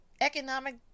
economic